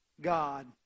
God